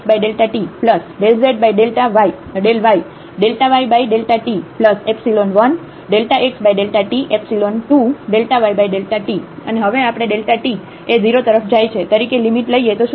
zt∂z∂xxt∂z∂yyt1ΔxΔt2ΔyΔt અને હવે આપણે Δt એ 0 તરફ જાય છે તરીકે લિમિટ લઈએ તો શું થશે